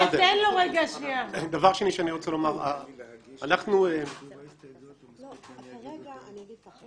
להגיש לך את ההסתייגויות או מספיק שאני אגיד אותן?